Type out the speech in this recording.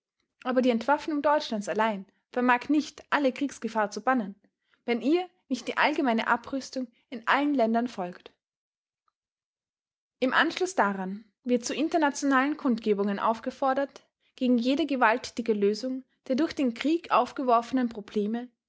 aber die entwaffnung deutschlands allein vermag nicht alle kriegsgefahr zu bannen wenn ihr nicht die allgemeine abrüstung in allen ländern folgt im anschluß daran wird zu internationalen kundgebungen aufgefordert gegen jede gewalttätige lösung der durch den krieg aufgeworfenen probleme